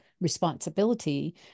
responsibility